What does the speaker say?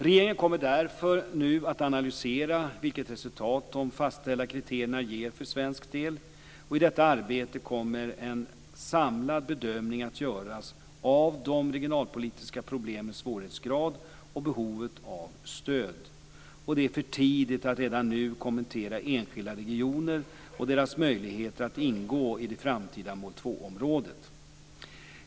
Regeringen kommer därför nu att analysera vilket resultat de fastställda kriterierna ger för svensk del. I detta arbete kommer en samlad bedömning att göras av de regionalpolitiska problemens svårighetsgrad och behovet av stöd. Det är för tidigt att redan nu kommentera enskilda regioner och deras möjligheter att ingå i det framtida mål 2-området.